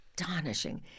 astonishing